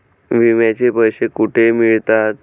विम्याचे पैसे कुठे मिळतात?